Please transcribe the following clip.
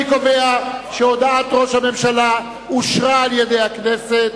אני קובע שהודעת ראש הממשלה אושרה על-ידי הכנסת.